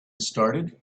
started